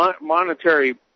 monetary